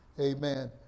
Amen